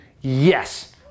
yes